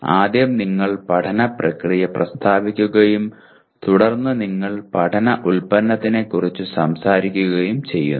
ആദ്യം നിങ്ങൾ പഠന പ്രക്രിയ പ്രസ്താവിക്കുകയും തുടർന്ന് നിങ്ങൾ പഠന ഉൽപ്പന്നത്തെക്കുറിച്ച് സംസാരിക്കുകയും ചെയ്യുന്നു